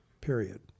Period